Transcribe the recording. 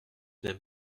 n’aime